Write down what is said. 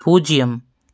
பூஜ்ஜியம்